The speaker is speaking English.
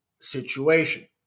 situation